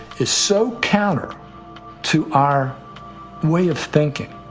is so counter to our way of thinking